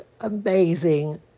amazing